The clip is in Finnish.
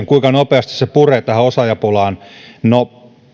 kuinka nopeasti se puree tähän osaajapulaan no